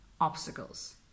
obstacles